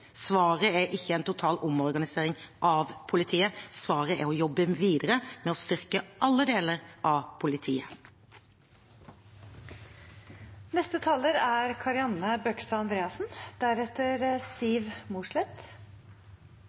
Svaret er ikke en total omorganisering av politiet. Svaret er å jobbe videre med å styrke alle deler av